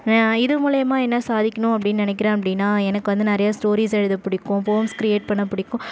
இது மூலயமா என்ன சாதிக்கணும் அப்படின்னு நினைக்கிறேன் அப்படின்னா எனக்கு வந்து நிறைய ஸ்டோரீஸ் எழுத பிடிக்கும் போம்ஸ் க்ரியேட் பண்ண பிடிக்கும்